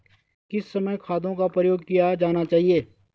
किस समय खादों का प्रयोग किया जाना चाहिए?